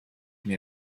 mir